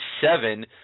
Seven